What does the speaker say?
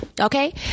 okay